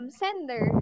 sender